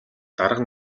дарга